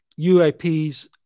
UAPs